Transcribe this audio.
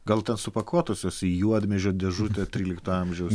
gal ten supakuotos jos į juodmedžio dėžutę trylikto amžiaus